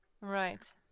Right